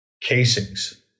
casings